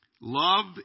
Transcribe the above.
Love